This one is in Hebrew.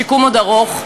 השיקום עוד ארוך,